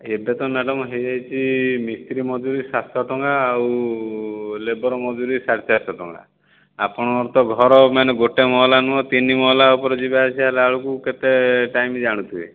ଏବେ ତ ମ୍ୟାଡ଼ମ ହୋଇଯାଇଛି ମିସ୍ତ୍ରୀ ମଜୁରୀ ସାତଶହ ଟଙ୍କା ଆଉ ଲେବର୍ ମଜୁରୀ ସାଢ଼େ ଚାରି ଶହ ଟଙ୍କା ଆପଣଙ୍କର ତ ଘର ମାନେ ଗୋଟିଏ ମହଲା ନୁହେଁ ତିନି ମହଲା ଉପରେ ଯିବା ଆସିବା ହେଲା ବେଳକୁ କେତେ ଟାଇମ୍ ଜାଣୁଥିବେ